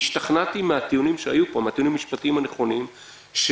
השתכנעתי מהטיעונים המשפטיים הנכונים שהיו